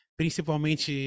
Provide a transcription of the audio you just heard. principalmente